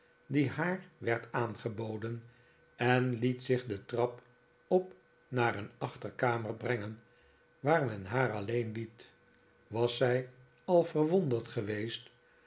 die haar werd aangeboden en liet zich de trap op naar een achterkamer brengen waar men haar alleen liet was zij al verwonderd geweest